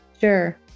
Sure